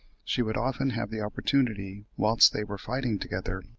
she would often have the opportunity, whilst they were fighting together,